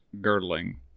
girdling